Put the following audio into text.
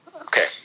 Okay